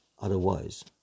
otherwise